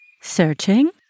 Searching